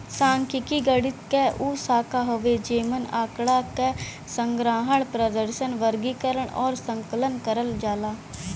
सांख्यिकी गणित क उ शाखा हउवे जेमन आँकड़ा क संग्रहण, प्रदर्शन, वर्गीकरण आउर आकलन करल जाला